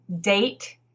date